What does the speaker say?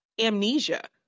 amnesia